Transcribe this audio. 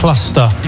Cluster